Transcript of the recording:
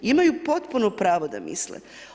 Imaju potpuno pravo da misle.